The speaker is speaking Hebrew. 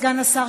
סגן השר,